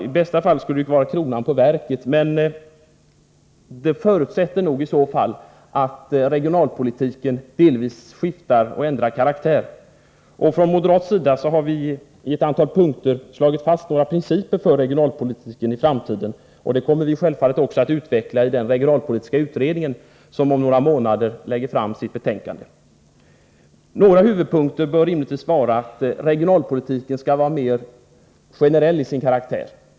I bästa fall skulle det ha varit kronan på verket, men det förutsätter i så fall att regionalpolitiken delvis ändrar karaktär. Från moderat sida har vi i ett antal punkter slagit fast några principer för regionalpolitiken i framtiden, och dem kommer vi självfallet att utveckla i den regionalpolitiska utredningen, som om några månader lägger fram sitt betänkande. Några huvudpunkter bör rimligtvis vara att regionalpolitiken skall vara mer generell till sin karaktär.